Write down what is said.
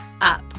up